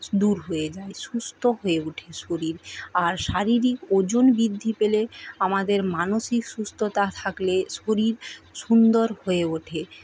দূর হয়ে যায় সুস্থ হয়ে উঠে শরীর আর শারীরিক ওজন বৃদ্ধি পেলে আমাদের মানসিক সুস্থতা থাকলে শরীর সুন্দর হয়ে ওঠে